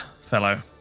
fellow